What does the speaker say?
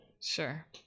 Sure